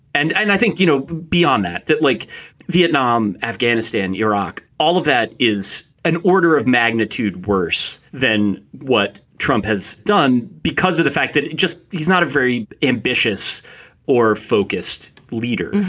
and i think, you know, beyond that, that like vietnam, afghanistan, iraq, all of that is an order of magnitude worse than what trump has done because of the fact that just he's not a very ambitious or focused leader.